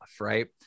right